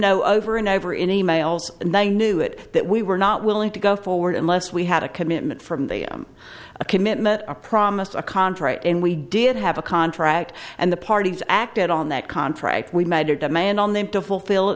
know over and over in emails and i knew it that we were not willing to go forward unless we had a commitment from the i'm a commitment a promise a contract and we did have a contract and the parties acted on that contract we made a demand on them to fulfill